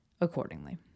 accordingly